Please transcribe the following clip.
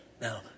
Now